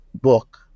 book